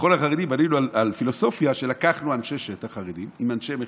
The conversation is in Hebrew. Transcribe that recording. במכון החרדי בנינו על פילוסופיה: לקחנו אנשי שטח חרדים עם אנשי מחקר,